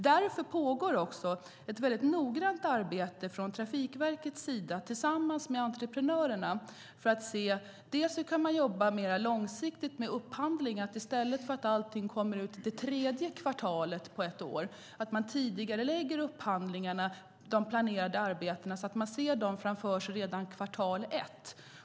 Därför pågår ett noggrant arbete där Trafikverket tillsammans med entreprenörerna arbetar med att se hur man kan jobba mer långsiktigt med upphandlingar, att i stället för att allting kommer ut det tredje kvartalet på ett år tidigarelägger man upphandlingarna, de planerade arbetena, och kan därmed se dem framför sig redan kvartal ett.